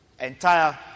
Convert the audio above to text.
entire